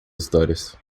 histórias